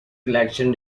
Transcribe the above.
election